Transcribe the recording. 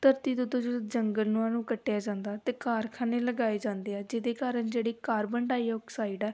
ਧਰਤੀ ਦੇ ਉੱਤੋਂ ਜਦੋਂ ਜੰਗਲ ਨੂੰ ਉਹਨਾਂ ਨੂੰ ਕੱਟਿਆ ਜਾਂਦਾ ਅਤੇ ਕਾਰਖਾਨੇ ਲਗਾਏ ਜਾਂਦੇ ਆ ਜਿਹਦੇ ਕਾਰਨ ਜਿਹੜੀ ਕਾਰਬਨ ਡਾਈਔਕਸਾਈਡ ਹੈ